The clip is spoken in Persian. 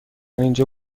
اینجا